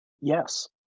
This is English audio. Yes